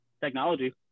Technology